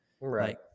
Right